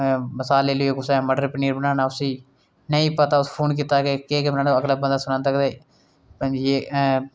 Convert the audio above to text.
ते ओह् जिंदगी दी जात्तरा च जिंदगी दी बागडोर च पिच्छें रेही जंदे न फिर उंदा मुकाबला नेईं करी सकदे जेह्ड़े कि